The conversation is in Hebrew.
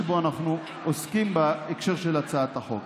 שבו אנחנו עוסקים בהקשר של הצעת החוק.